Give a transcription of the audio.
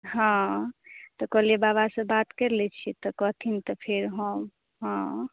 हँ तऽ कहलिए बाबासे बात करि लै छिए तऽ कहथिन तऽ फेर हम हँ